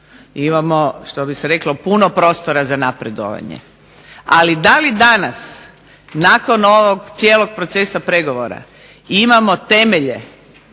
Imamo, što bi se reklo, puno prostora za napredovanje, ali da li danas nakon ovog cijelog procesa pregovora imamo temelje